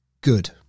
good